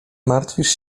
martwisz